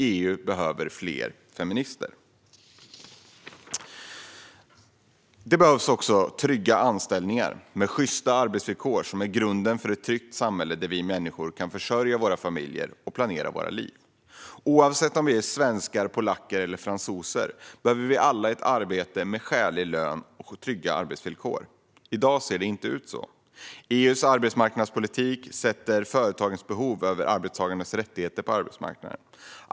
EU behöver fler feminister. Det behövs också trygga anställningar med sjysta arbetsvillkor. Det är grunden för ett tryggt samhälle där vi människor kan försörja våra familjer och planera våra liv. Oavsett om vi är svenskar, polacker eller fransoser behöver vi alla ett arbete med skälig lön och trygga arbetsvillkor. I dag ser det inte ut så. EU:s arbetsmarknadspolitik sätter företagens behov över arbetstagarnas rättigheter på arbetsmarknaden.